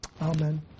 Amen